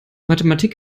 mathematik